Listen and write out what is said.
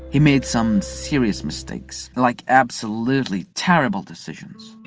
he made some serious mistakes. like, absolutely terribly decisions.